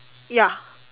ya